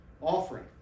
offering